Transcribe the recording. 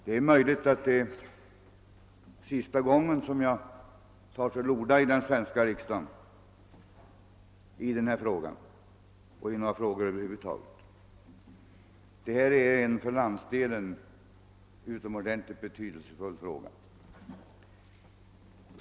Det är möjligt att det är sista gången jag tar till orda i den svenska riksdagen, och detta är én för landsdelen utomordentligt betydelsefull fråga.